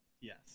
yes